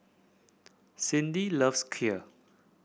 Cyndi loves Kheer